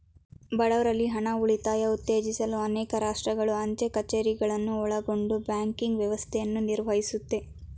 ಬಡವ್ರಲ್ಲಿ ಹಣ ಉಳಿತಾಯ ಉತ್ತೇಜಿಸಲು ಅನೇಕ ರಾಷ್ಟ್ರಗಳು ಅಂಚೆ ಕಛೇರಿಗಳನ್ನ ಒಳಗೊಂಡ ಬ್ಯಾಂಕಿಂಗ್ ವ್ಯವಸ್ಥೆಯನ್ನ ನಿರ್ವಹಿಸುತ್ತೆ